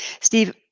Steve